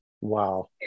Wow